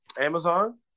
Amazon